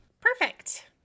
Perfect